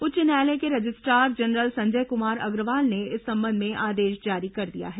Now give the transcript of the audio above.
उच्च न्यायालय के रजिस्ट्रार जनरल संजय कुमार अग्रवाल ने इस संबंध में आदेश जारी कर दिया है